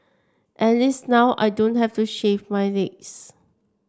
at least now I don't have to shave my legs